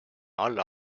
alla